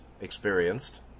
experienced